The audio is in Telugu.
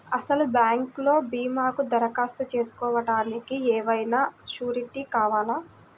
అసలు బ్యాంక్లో భీమాకు దరఖాస్తు చేసుకోవడానికి ఏమయినా సూరీటీ కావాలా?